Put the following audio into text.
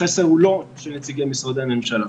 החסר הוא לא של נציגי משרדי הממשלה.